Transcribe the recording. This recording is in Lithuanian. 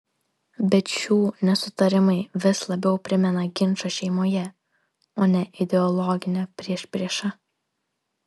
bet šių nesutarimai vis labiau primena ginčą šeimoje o ne ideologinę priešpriešą